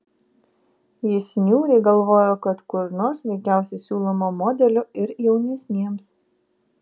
jis niūriai galvojo kad kur nors veikiausiai siūloma modelių ir jaunesniems